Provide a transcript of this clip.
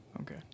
Okay